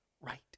right